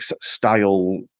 style